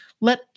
Let